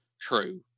true